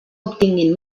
obtinguin